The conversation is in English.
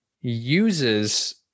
uses